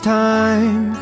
time